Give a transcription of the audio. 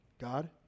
God